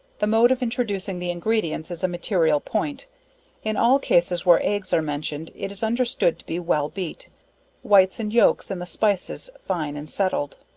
the mode of introducing the ingredients, is a material point in all cases where eggs are mentioned it is understood to be well beat whites and yolks and the spices, fine and settled.